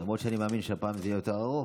למרות שאני מאמין שהפעם זה יהיה יותר ארוך,